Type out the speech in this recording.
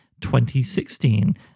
2016